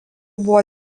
buvo